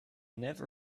never